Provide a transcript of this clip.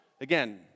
again